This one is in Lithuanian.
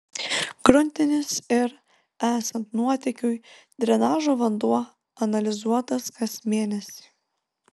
gruntinis ir esant nuotėkiui drenažo vanduo analizuotas kas mėnesį